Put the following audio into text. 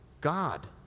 God